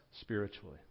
spiritually